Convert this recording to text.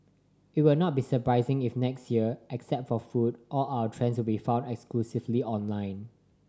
it will not be surprising if next year except for food all our trends will be found exclusively online